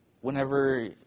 whenever